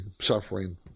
suffering